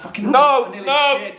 No